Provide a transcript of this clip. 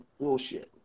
bullshit